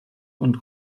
und